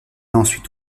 ensuite